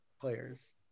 players